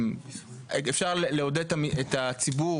אפשר לעודד את הציבור.